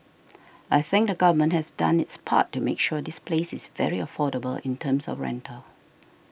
I think the government has done its part to make sure this place is very affordable in terms of rental